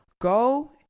Go